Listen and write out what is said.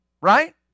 Right